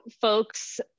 folks